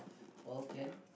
all can